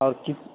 اور کس